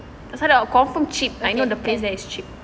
pasal there confirm cheap I know the place there is cheap